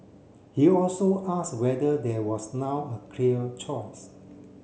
he also asked whether there was now a clear choice